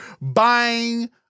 buying